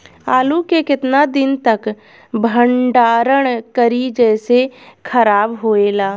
आलू के केतना दिन तक भंडारण करी जेसे खराब होएला?